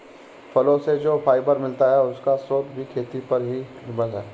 फलो से जो फाइबर मिलता है, उसका स्रोत भी खेती पर ही निर्भर है